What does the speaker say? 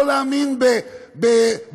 לא להאמין בתפילות,